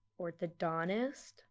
orthodontist